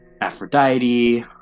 Aphrodite